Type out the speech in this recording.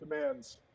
Demands